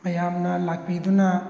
ꯃꯌꯥꯝꯅ ꯂꯥꯛꯄꯤꯗꯨꯅ